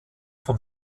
vom